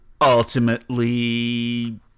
ultimately